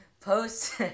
post